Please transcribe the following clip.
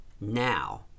Now